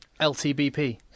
LTBP